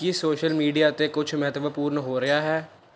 ਕੀ social media 'ਤੇ ਕੁਝ ਮਹੱਤਵਪੂਰਨ ਹੋ ਰਿਹਾ ਹੈ